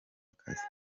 akazi